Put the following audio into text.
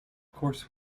course